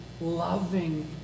loving